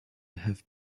have